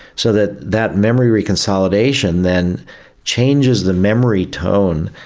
so that that memory reconsolidation then changes the memory tone,